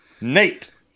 Nate